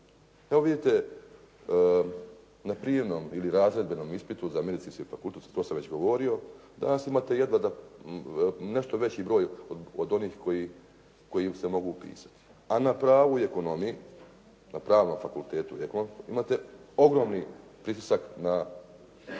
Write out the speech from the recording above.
Evo vidite, na prijemnom ili razredbenom ispitu za medicinski fakultet, to sam već govorio danas imate jedva nešto veći broj od onih koji se mogu upisati, a na pravu i ekonomiji, na pravnom fakultetu i ekonomskom imate ogromni pritisak na